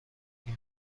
این